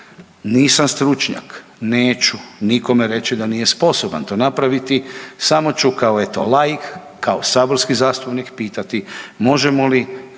Nisam stručnjak, neću nikome reći da nije sposoban to napraviti, samo ću kao eto laik, kao saborski zastupnik pitati možemo li